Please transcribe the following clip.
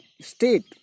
state